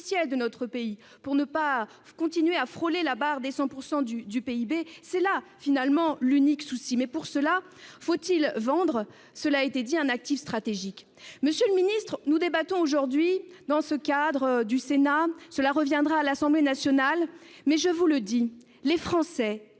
de notre pays, pour ne pas continuer à frôler la barre des 100 % du PIB. Là est l'unique souci. Mais pour ce faire, faut-il vendre, cela a été dit, un actif stratégique ? Monsieur le ministre, nous débattons aujourd'hui de ce texte au Sénat, avant qu'il revienne à l'Assemblée nationale. Mais, je vous le dis, les Français